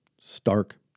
stark